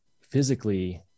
physically